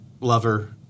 lover